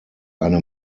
eine